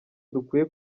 dukwiye